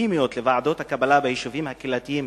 ולגיטימיות לוועדות הקבלה ביישובים הקהילתיים